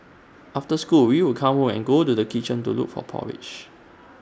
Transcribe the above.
after school we would come home and go to kitchen to look for porridge